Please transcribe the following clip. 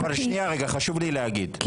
אבל חשוב לי להגיד,